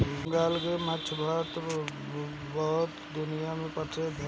बंगाल के माछ भात पूरा दुनिया में परसिद्ध हवे